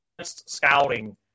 scouting